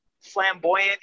flamboyant